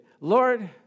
Lord